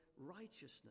righteousness